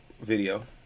video